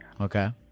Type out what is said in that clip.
Okay